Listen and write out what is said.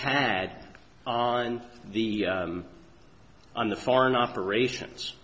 had on the on the foreign operations